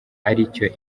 aricyo